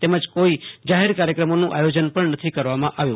તેમજ કોઈ જાહેર કાર્યક્રમોનું આયોજન પણ નથી કરવામાં આવ્યું